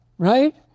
Right